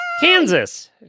Kansas